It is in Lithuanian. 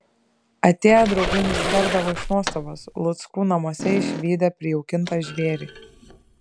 atėję draugai nustėrdavo iš nuostabos luckų namuose išvydę prijaukintą žvėrį